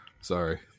sorry